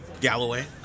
Galloway